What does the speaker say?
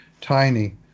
tiny